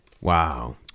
Wow